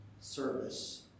service